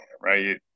right